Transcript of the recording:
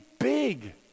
Big